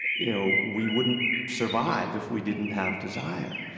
you know, we wouldn't survive if we didn't have desire.